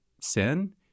sin